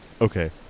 Okay